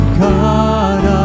god